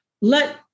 let